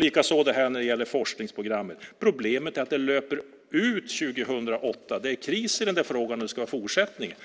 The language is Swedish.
Det är samma sak när det gäller forskningsprogrammet. Problemet är att det löper ut 2008. Det är kris i fråga om hur det ska bli i fortsättningen.